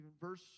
verse